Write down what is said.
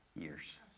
years